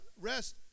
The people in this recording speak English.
rest